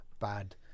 bad